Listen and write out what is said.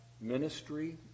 ministry